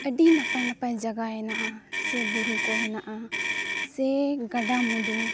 ᱟᱹᱰᱤ ᱱᱟᱯᱟᱭᱼᱱᱟᱯᱟᱭ ᱡᱟᱭᱜᱟ ᱦᱮᱱᱟᱜᱼᱟ ᱥᱮ ᱵᱩᱨᱩᱠᱚ ᱦᱮᱱᱟᱜᱼᱟ ᱥᱮ ᱜᱟᱰᱟᱼᱢᱩᱸᱰᱩ